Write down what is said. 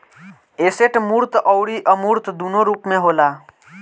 asset मूर्त अउरी अमूर्त दूनो रूप में होला